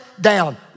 down